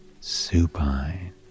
supine